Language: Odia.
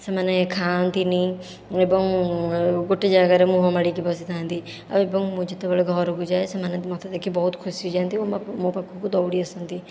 ସେମାନେ ଖାଆନ୍ତିନାହିଁ ଏବଂ ଗୋଟିଏ ଜାଗାରେ ମୁଁହ ମାଡ଼ିକି ବସିଥାନ୍ତି ଆଉ ଏବଂ ମୁଁ ଯେତେବେଳେ ଘରକୁ ଯାଏ ସେମାନେ ମୋତେ ଦେଖି ବହୁତ ଖୁସି ହୋଇଯାଆନ୍ତି ଓ ମୋ' ପାଖକୁ ଦଉଡ଼ି ଆସନ୍ତି